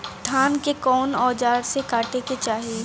धान के कउन औजार से काटे के चाही?